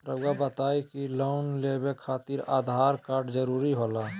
रौआ बताई की लोन लेवे खातिर आधार कार्ड जरूरी होला?